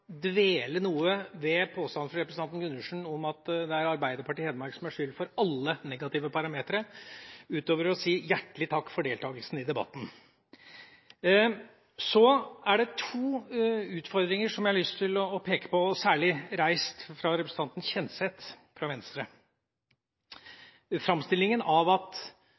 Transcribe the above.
dvele noe ved påstanden fra representanten Gundersen – at det er Arbeiderpartiet i Hedmark som har skylden for alle negative parametere – utover å si hjertelig takk for deltakelsen i debatten. Det er to utfordringer jeg har lyst til å peke på, og særlig den som kom fra representanten Kjenseth, fra Venstre, nemlig den framstillingen at ikke noe av